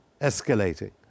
escalating